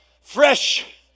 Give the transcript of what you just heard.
fresh